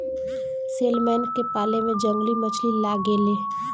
salmon के पाले में जंगली मछली लागे ले